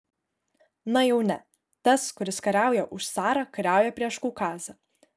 na jau ne tas kuris kariauja už carą kariauja prieš kaukazą